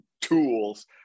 tools